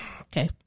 okay